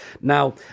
now